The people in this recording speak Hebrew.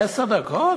עשר דקות?